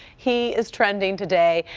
he is trending today.